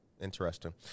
Interesting